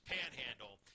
Panhandle